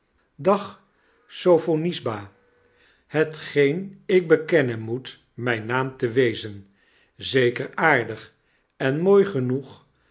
dag sophonisba hetgeen ik bekennen moet mijn naam te wezen zeker aardig en mooi genoeg